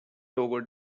logo